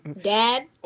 Dad